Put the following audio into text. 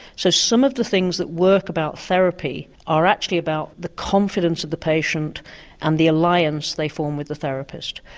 so some of the things that work about therapy are actually about the confidence of the patients and the alliance they form with the therapist,